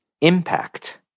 impact